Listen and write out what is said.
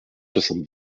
soixante